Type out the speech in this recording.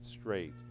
straight